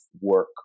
work